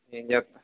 ఏం చేస్తాం